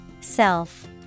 Self